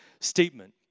statement